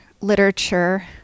literature